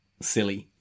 silly